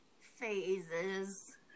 phases